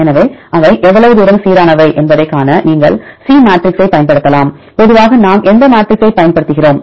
எனவே அவை எவ்வளவு தூரம் சீரானவை என்பதைக் காண நீங்கள் c மேட்ரிக்ஸைப் பயன்படுத்தலாம் பொதுவாக நாம் எந்த மேட்ரிக்ஸைப் பயன்படுத்துகிறோம்